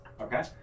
Okay